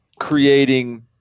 creating